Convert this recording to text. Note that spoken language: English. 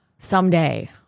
Someday